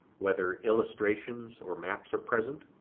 whether illustrations or maps are present,